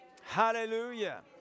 Hallelujah